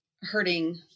hurting